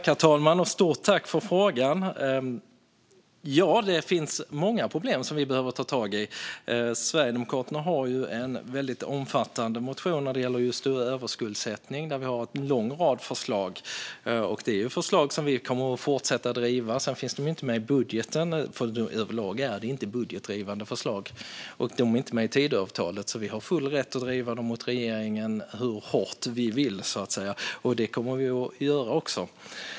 Herr talman! Stort tack, Katarina Luhr, för frågan! Det finns många problem som vi behöver ta tag i. Sverigedemokraterna har en väldigt omfattande motion när det gäller just överskuldsättning, där vi har en lång rad förslag. Det är förslag som vi kommer att fortsätta att driva. De finns inte med i budgeten, för överlag är det inte budgetdrivande förslag. De är heller inte med i Tidöavtalet, så vi har full rätt att driva dem mot regeringen hur hårt vi vill, så att säga. Detta kommer vi att göra också.